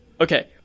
okay